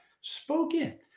spoken